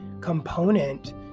component